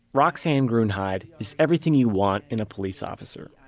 roxane gruenheid is everything you want in a police officer.